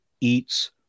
eats